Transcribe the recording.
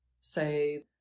say